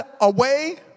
away